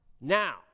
now